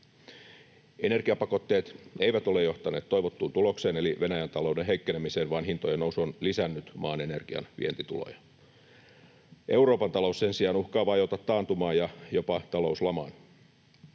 Energiapakotteet eivät ole johtaneet toivottuun tulokseen eli Venäjän talouden heikkenemiseen, vaan hintojen nousu on lisännyt maan energianvientituloja. Euroopan talous sen sijaan uhkaa vajota taantumaan ja jopa talouslamaan.